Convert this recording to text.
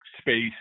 space